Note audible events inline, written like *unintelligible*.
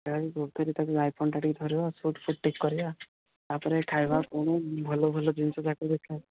ଯାହାବି *unintelligible* ଧରି ତାକୁ ଆଇଫୋନ୍ଟା ଟିକେ ଧରିବ ସୁଟ୍ ଫୁଟ୍ ଟିକେ କରିବା ତା'ପରେ ଖାଇବା କ'ଣ ଭଲ ଭଲ ଜିନିଷଯାକ ବି ଖାଇବା